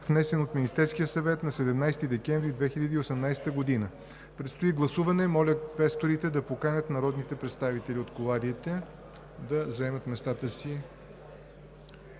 внесен от Министерския съвет на 17 декември 2018 г. Предстои гласуване. Моля, квесторите да поканят народните представители от кулоарите да заемат местата си